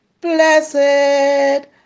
blessed